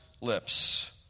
lips